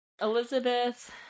Elizabeth